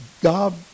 God